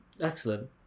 Excellent